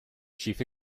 chief